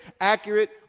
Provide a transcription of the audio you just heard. accurate